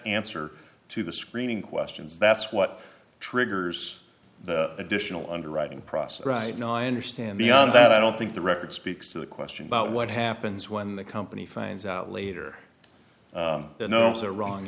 answer to the screening questions that's what triggers the additional underwriting process right now i understand beyond that i don't think the record speaks to the question about what happens when the company finds out later